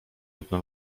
jedna